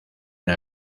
una